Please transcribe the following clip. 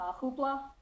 Hoopla